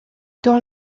dans